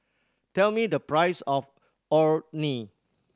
tell me the price of Orh Nee